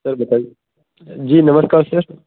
sir बताइए जी नमस्कार सर